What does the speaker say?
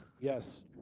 Yes